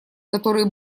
которые